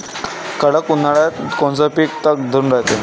कडक उन्हाळ्यात कोनचं पिकं तग धरून रायते?